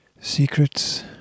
Secrets